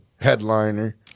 headliner